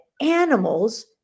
animals